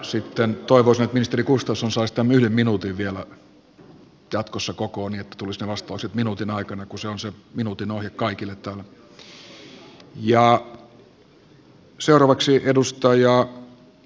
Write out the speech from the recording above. sitten toivoisin että ministeri gustafsson saisi tämän yhden minuutin vielä jatkossa kokoon niin että ne vastaukset tulisivat minuutin aikana kun se on se minuutin ohje kaikille täällä